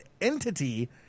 entity